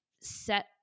set